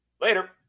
Later